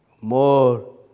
More